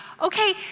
okay